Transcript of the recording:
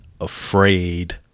afraid